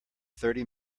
thirty